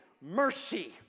mercy